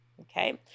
Okay